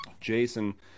Jason –